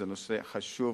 הוא נושא חשוב,